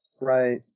Right